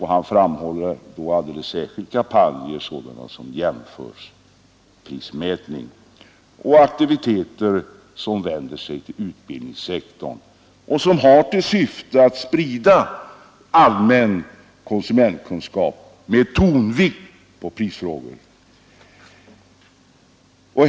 Han pekar alldeles särskilt på sådana kampanjer som jämförelseprismätning och aktiviteter som vänder sig till utbildningssektorn och som har till syfte att sprida allmän konsumentkunskap med tonvikt på prisfrågor.